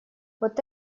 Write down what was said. вот